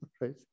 right